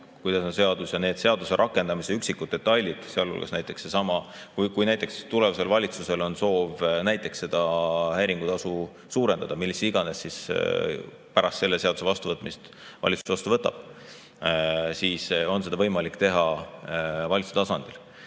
kuidas on seadus, ja need seaduse rakendamise üksikud detailid, sealhulgas näiteks seesama, kui tulevasel valitsusel on soov seda häiringutasu suurendada milliseks iganes, siis pärast selle seaduse vastuvõtmist on seda võimalik teha valitsuse tasandil.